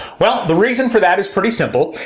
well the reason for that is pretty simple.